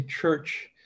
church